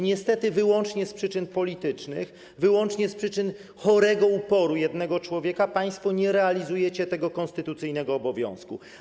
Niestety wyłącznie z przyczyn politycznych, wyłącznie z przyczyn chorego uporu jednego człowieka państwo nie realizujecie tego konstytucyjnego obowiązku.